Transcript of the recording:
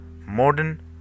modern